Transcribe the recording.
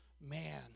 man